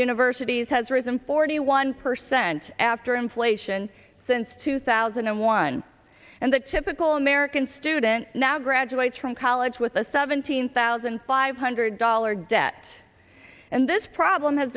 universities has risen forty one percent after inflation since two thousand and one and the typical american student now graduates from college with a seventeen thousand five hundred dollars debt and this problem has